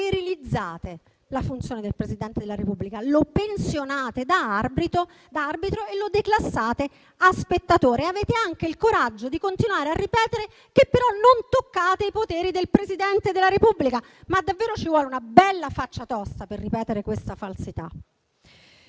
sterilizzate la funzione del Presidente della Repubblica, lo pensionate da arbitro, lo declassate a spettatore e avete anche il coraggio di continuare a ripetere che però non toccate i suoi poteri. Ci vuole davvero una bella faccia tosta per ripetere questa falsità.